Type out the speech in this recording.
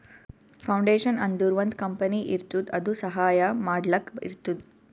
foundation ಅಂದುರ್ ಒಂದ್ company ಇರ್ತುದ್ ಅದು ಸಹಾಯ ಮಾಡ್ಲಕ್ ಇರ್ತುದ್